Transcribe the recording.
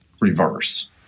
reverse